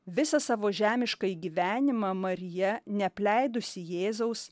visą savo žemiškąjį gyvenimą marija neapleidusi jėzaus